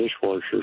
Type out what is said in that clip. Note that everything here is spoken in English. dishwasher